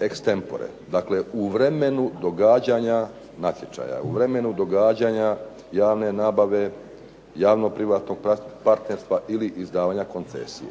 ex tempore, dakle u vremenu događanja natječaja. U vremenu događanja javne nabave, javnog privatnog partnerstva ili izdavanja koncesije.